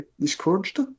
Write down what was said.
discouraged